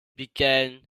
began